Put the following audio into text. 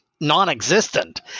non-existent